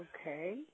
Okay